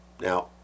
Now